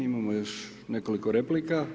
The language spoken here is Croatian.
Imamo još nekoliko replika.